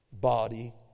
body